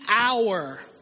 hour